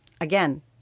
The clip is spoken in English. again